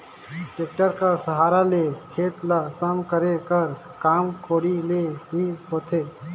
tractor कर सहारा ले खेत ल सम करे कर काम कोड़ी ले ही होथे